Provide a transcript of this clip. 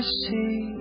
see